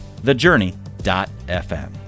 thejourney.fm